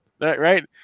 right